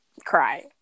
cry